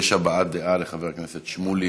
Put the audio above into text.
יש הבעת דעה מהצד לחבר הכנסת שמולי,